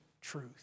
truth